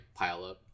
pileup